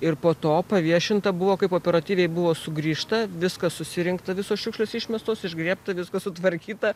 ir po to paviešinta buvo kaip operatyviai buvo sugrįžta viskas susirinkta visos šiukšlės išmestos išgriebta viskas sutvarkyta